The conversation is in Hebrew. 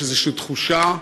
יש איזושהי תחושה,